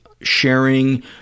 sharing